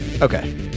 Okay